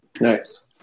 Nice